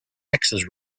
access